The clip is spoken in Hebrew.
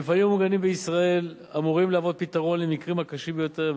המפעלים המוגנים בישראל אמורים להוות פתרון למקרים הקשים ביותר,